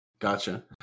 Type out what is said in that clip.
Gotcha